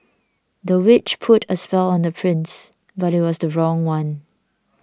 the witch put a spell on the prince but it was the wrong one